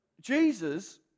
Jesus